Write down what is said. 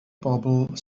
bobl